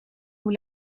hoe